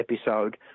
episode